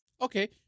Okay